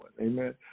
Amen